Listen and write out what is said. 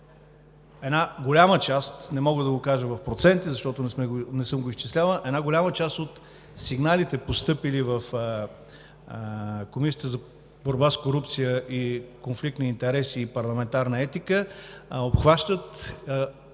изчислявал – от сигналите, постъпили в Комисията за борба с корупция и конфликт на интереси и парламентарна етика,